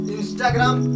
Instagram